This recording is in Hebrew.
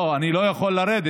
לא, אני לא יכול לרדת.